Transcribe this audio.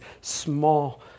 small